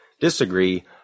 disagree